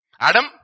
Adam